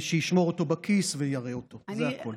ושישמור אותו בכיס ויראה אותו, זה הכול.